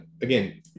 again